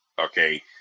okay